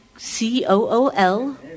C-O-O-L